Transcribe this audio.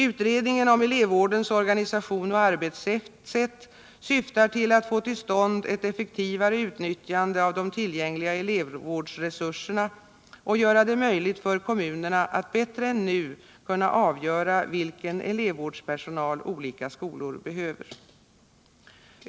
Utredningen om elevvårdens organisation och arbetssätt syftar till att få till stånd ett effektivare utnyttjande av de tillgängliga elevvårdsresurserna och göra det möjligt för kommunerna att bättre än nu kunna avgöra vilken elevrådspersonal olika skolor behöver.